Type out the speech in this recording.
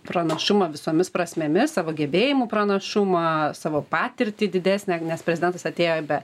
pranašumą visomis prasmėmis savo gebėjimų pranašumą savo patirtį didesnę nes prezidentas atėjo be